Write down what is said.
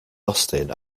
austin